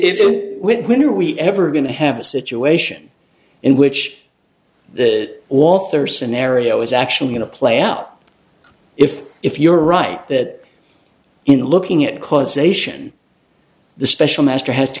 what if when are we ever going to have a situation in which the author scenario is actually going to play out if if you're right that in looking at causation the special master has to